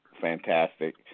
fantastic